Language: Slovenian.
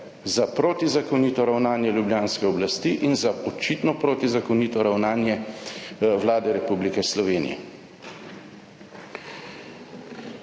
za protizakonito ravnanje ljubljanske oblasti in za očitno protizakonito ravnanje Vlade Republike Slovenije.